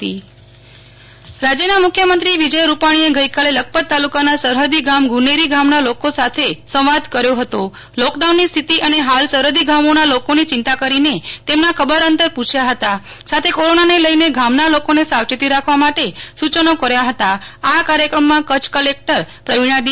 નેહ્લ ઠક્કર લખપત મુખ્યમંત્રી રાજ્યના મુખ્યમંત્રી વિજય રૂપાણીએ ગઈકાલે લખપત તાલુકાના સરહદી ગામ ગુ નેરી ગામના લોકો સાથે સંવાદ કર્યો હતો લોકડાઉનની સ્થિતિ અને ફાલ સરહદી ગામોના લોકોની ચિંતા કરીને તેમના ખબર અંતર પુછ્યા હતા સાથે કોરોનાને લઈને ગામના લોકોને સાવચેતી રાખવા માટે સુ યનો કર્યા હતા આ કાર્યક્રમમાં કચ્છ કલેક્ટર પ્રવિણા ડી